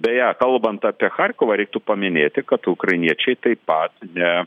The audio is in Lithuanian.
beje kalbant apie charkovą reiktų paminėti kad ukrainiečiai taip pat ne